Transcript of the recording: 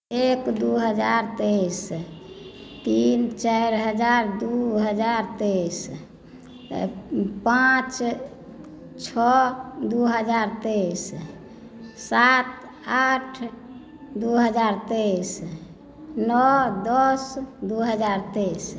एक दू हजार तेइस तीन चारि हजार दू हजार तेइस पाँच छओ दू हजार तेइस सात आठ दू हजार तेइस नओ दस दू हजार तेइस